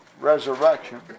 resurrection